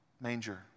manger